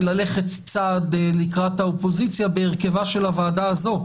ללכת צעד לקראת האופוזיציה בהרכבה של הוועדה הזו.